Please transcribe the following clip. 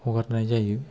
हगारनाय जायो